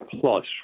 plus